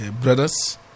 brothers